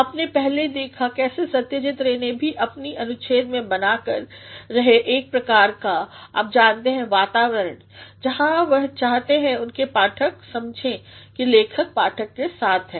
आपने पहले देखा कैसे सत्यजीत रे भी अपने अनुच्छेद में बना रहे हैंएक प्रकार का आप जानते हैं वातावरण जहाँ वह चाहते हैं उनके पाठक समझे कि लेखक पाठक के साथ है